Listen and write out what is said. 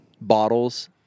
bottles